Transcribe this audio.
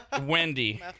Wendy